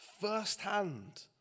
firsthand